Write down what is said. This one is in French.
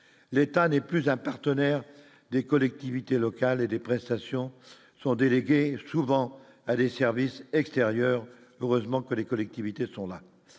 l'État n'est plus un partenaire des collectivités locales et des prestations sont délégué souvent à des services extérieurs, heureusement que les collectivités sont là,